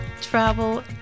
travel